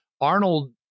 Arnold